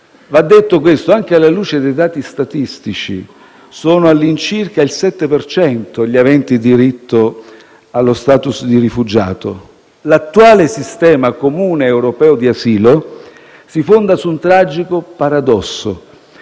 va detto anche alla luce dei dati statistici: sono circa il 7 per cento gli aventi diritto allo *status* di rifugiato. L'attuale sistema comune europeo di asilo si fonda su un tragico paradosso: